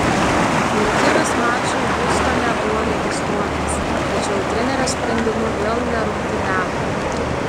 lietuvis mačui hjustone buvo registruotas tačiau trenerio sprendimu vėl nerungtyniavo